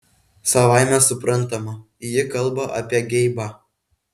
savaime suprantama ji kalba apie geibą